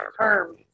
term